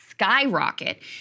skyrocket